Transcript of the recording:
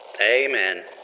Amen